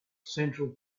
central